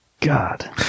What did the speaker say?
god